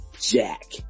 Jack